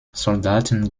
soldaten